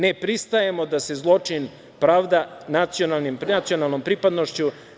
Ne pristajemo da se zločin pravda nacionalnom pripadnošću.